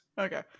okay